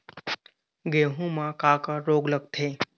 गेहूं म का का रोग लगथे?